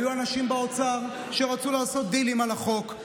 היו אנשים באוצר שרצו לעשות דילים על החוק,